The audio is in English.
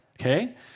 Okay